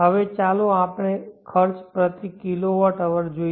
હવે ચાલો આપણે ખર્ચ પ્રતિ kWH જોઈએ